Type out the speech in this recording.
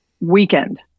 weekend